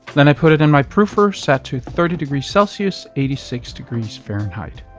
then i put it in my proofer set to thirty degrees celsius, eighty six degrees fahrenheit.